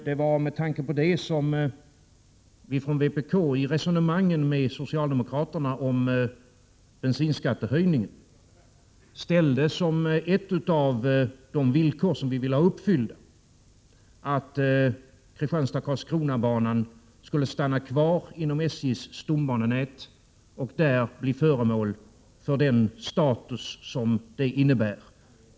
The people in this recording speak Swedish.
Det var med tanke på detta som vi från vpk i resonemangen med socialdemokraterna om bensinskattehöjningen ställde som ett av de villkor som vi ville ha uppfyllda att Kristianstad-Karlskrona-banan skulle stanna kvar inom SJ:s stombanenät och där uppnå den status som det innebär.